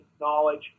knowledge